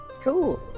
Cool